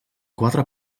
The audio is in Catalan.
quatre